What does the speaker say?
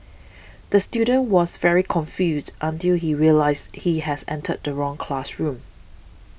the student was very confused until he realised he has entered the wrong classroom